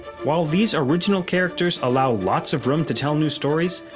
while these original characters allow lots of room to tell new stories,